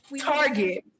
target